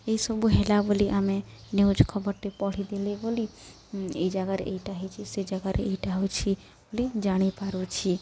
ଏଇସବୁ ହେଲା ବୋଲି ଆମେ ନ୍ୟୁଜ୍ ଖବରଟେ ପଢ଼ିଦେଲେ ବୋଲି ଏଇ ଜାଗାରେ ଏଇଟା ହେଇଛି ସେ ଜାଗାରେ ଏଇଟା ହଉଛି ବୋଲି ଜାଣି ପାରୁଛି